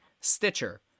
Stitcher